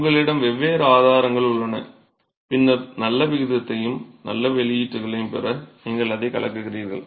உங்களிடம் வெவ்வேறு ஆதாரங்கள் உள்ளன பின்னர் நல்ல விகிதத்தையும் நல்ல வெளியீட்டுகளையும் பெற நீங்கள் அதை கலக்கிறீர்கள்